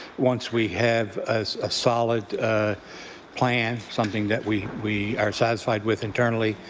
once we have a solid plan, something that we we are satisfied with internally,